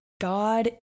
God